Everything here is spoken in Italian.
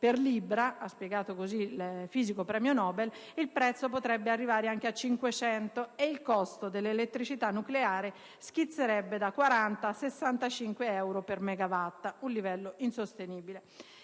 per libbra (ha spiegato così il fisico premio Nobel), il prezzo potrebbe arrivare anche a 500 dollari e il costo dell'elettricità nucleare schizzerebbe da 40 a 65 euro per megawatt, un livello insostenibile.